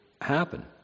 happen